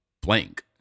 blank